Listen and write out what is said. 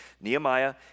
Nehemiah